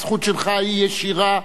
הזכות שלך היא ישירה,